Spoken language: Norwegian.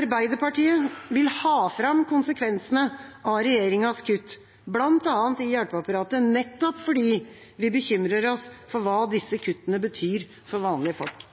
Arbeiderpartiet vil ha fram konsekvensene av regjeringas kutt, bl.a. i hjelpeapparatet, nettopp fordi vi bekymrer oss for hva disse kuttene betyr for vanlige folk.